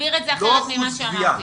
תסביר את זה אחרת ממה שאמרתי.